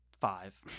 five